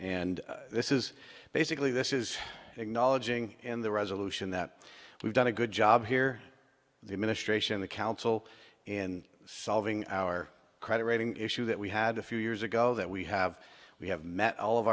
and this is basically this is acknowledging in the resolution that we've done a good job here the administration the council in solving our credit rating issue that we had a few years ago that we have we have met all of